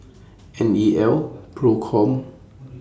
N E L PROCOM